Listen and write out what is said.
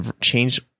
changed